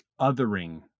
othering